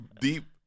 deep